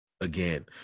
again